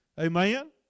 Amen